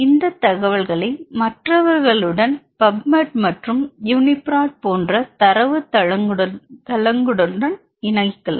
இந்த தகவல்களை மற்றவர்களுடன் பப்மிட் மற்றும் யூனிபிரோட் போன்ற தரவு தளங்களுடன் இணைக்கலாம்